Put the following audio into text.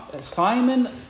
Simon